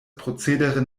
prozedere